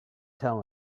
tell